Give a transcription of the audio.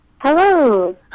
Hello